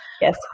Yes